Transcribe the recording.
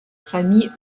famille